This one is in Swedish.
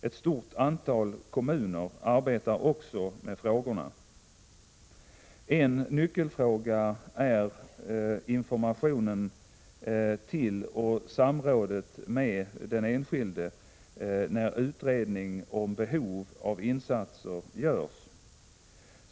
Ett stort antal kommuner arbetar också med frågorna. En nyckelfråga är informationen till och samrådet med den enskilde när utredning om behov av insatser görs.